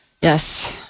Yes